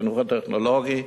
החינוך הטכנולוגי.